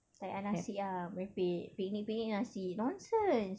tak payah nasi ah merepek picnic picnic nasi nonsense